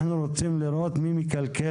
אנחנו רוצים לראות מי מכלכל